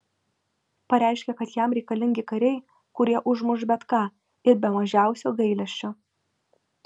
pareiškė kad jam reikalingi kariai kurie užmuš bet ką ir be mažiausio gailesčio